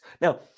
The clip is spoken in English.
Now